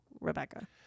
Rebecca